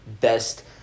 best